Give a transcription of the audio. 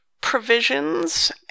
provisions